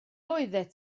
oeddet